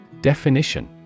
Definition